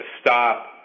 stop